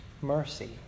mercy